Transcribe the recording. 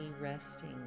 resting